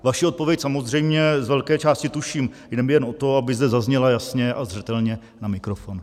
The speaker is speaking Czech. Vaši odpověď samozřejmě z velké části tuším, jde mi jen o to, aby zde zazněla jasně a zřetelně na mikrofon.